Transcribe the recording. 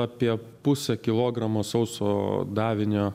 apie pusę kilogramo sauso davinio